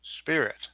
spirit